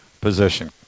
position